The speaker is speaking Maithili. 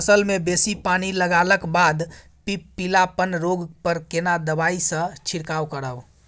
फसल मे बेसी पानी लागलाक बाद पीलापन रोग पर केना दबाई से छिरकाव करब?